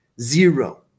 Zero